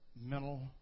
mental